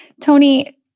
Tony